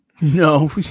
No